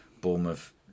Bournemouth